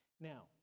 Now